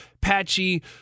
patchy